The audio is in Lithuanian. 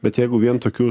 bet jeigu vien tokių